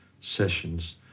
sessions